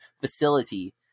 facility